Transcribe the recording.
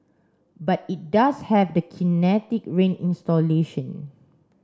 but it does have the Kinetic Rain installation